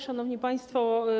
Szanowni Państwo!